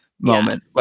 moment